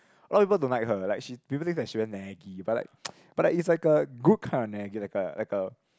a lot of people don't like her like she people thinks she very naggy but like but like it's like a good kind of naggy like a like a